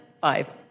Five